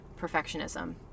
perfectionism